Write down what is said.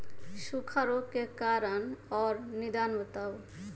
सूखा रोग के कारण और निदान बताऊ?